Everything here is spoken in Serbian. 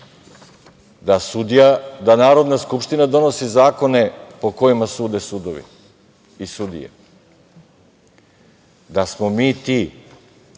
da Narodna skupština donosi zakone po kojima sude sudovi i sudije. Da smo mi ti